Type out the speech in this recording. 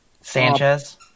Sanchez